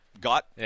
Got